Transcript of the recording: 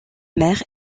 mère